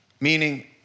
Meaning